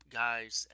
guys